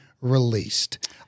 released